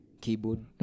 keyboard